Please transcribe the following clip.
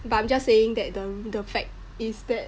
but I'm just saying that the the fact is that